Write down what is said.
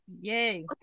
Yay